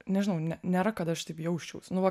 nežinau ne nėra kad aš taip jausčiaus nu va kar